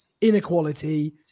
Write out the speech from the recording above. inequality